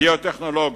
ביו-טכנולוגיה,